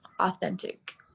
authentic